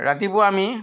ৰাতিপুৱা আমি